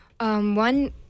One